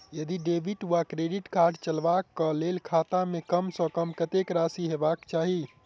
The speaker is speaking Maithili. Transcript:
यदि डेबिट वा क्रेडिट कार्ड चलबाक कऽ लेल खाता मे कम सऽ कम कत्तेक राशि हेबाक चाहि?